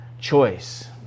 choice